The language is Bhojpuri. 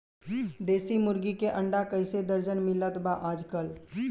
देशी मुर्गी के अंडा कइसे दर्जन मिलत बा आज कल?